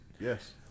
Yes